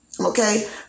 Okay